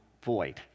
void